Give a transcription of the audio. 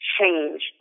change